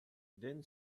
then